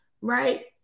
right